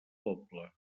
poble